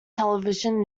television